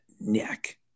neck